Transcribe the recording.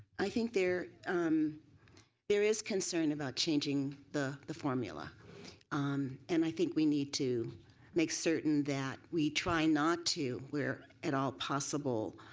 i think there um there is concern about changing the the formula um and i think we need to make certain that we try not to where at all possible